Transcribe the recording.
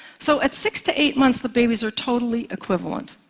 so at six to eight months, the babies were totally equivalent.